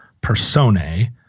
personae